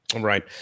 right